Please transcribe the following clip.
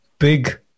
big